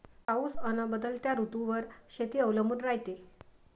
पाऊस अन बदलत्या ऋतूवर शेती अवलंबून रायते